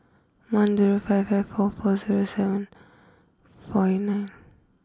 one zero five five four four zero seven four eight nine